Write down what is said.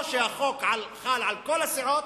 או שהחוק חל על כל הסיעות,